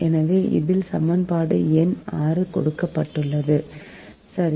எனவே இதில் சமன்பாடு எண் 6 கொடுக்கப்பட்டுள்ளது சரி